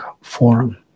forum